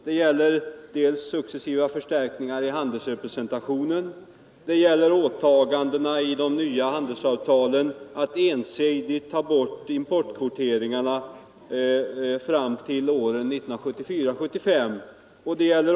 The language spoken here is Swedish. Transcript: Handelsrepresentationen har successivt förstärkts, och i de nya handelsavtalen ingår åtaganden om att begränsningarna i importkvoteringen skall vara avvecklade vid årsskiftet 1974-1975.